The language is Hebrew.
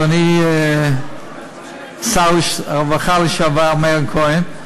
אדוני שר הרווחה לשעבר מאיר כהן.